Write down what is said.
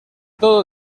todo